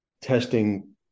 testing